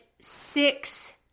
six